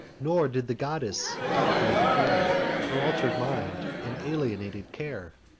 nor did the goddess doubtfully declare her alter'd mind and alienated care.